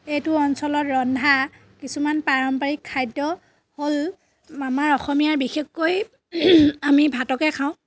এইটো অঞ্চলত ৰন্ধা কিছুমান পাৰম্পাৰিক খাদ্য হ'ল আমাৰ অসমীয়াৰ বিশেষকৈ আমি ভাতকে খাওঁ